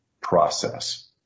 process